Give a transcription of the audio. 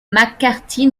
mccarthy